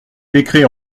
décret